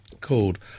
called